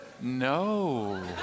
no